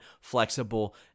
flexible